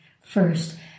first